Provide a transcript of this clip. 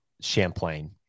champlain